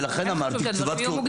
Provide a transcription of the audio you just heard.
לכן חשוב שהדברים יהיו מוגדרים.